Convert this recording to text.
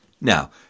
Now